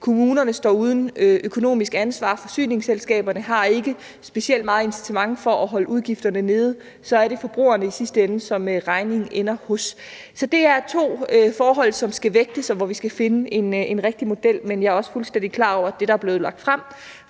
Kommunerne står uden et økonomisk ansvar, og forsyningsselskaberne har ikke specielt meget incitament til at holde udgifterne nede, og så er det forbrugerne, som regningen i sidste ende ender hos. Så der er to forhold, som skal vægtes, og hvor vi skal finde en rigtig model, men jeg er også fuldstændig klar over, at der i det, der er blevet lagt frem